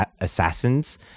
assassins